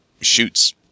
shoots